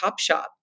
Topshop